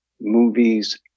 movies